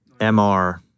MR